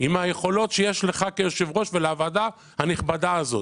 עם היכולות שיש לך כיושב-ראש ולוועדה הנכבדה הזאת.